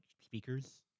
speakers